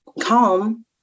calm